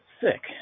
Sick